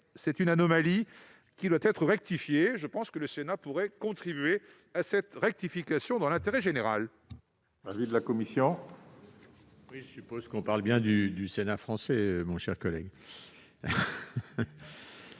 est une anomalie qui doit être rectifiée. À mon sens, le Sénat pourrait contribuer à cette rectification, dans l'intérêt général.